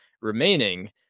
remaining